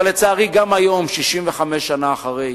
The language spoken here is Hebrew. אבל לצערי גם היום, 65 שנה אחרי,